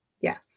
Yes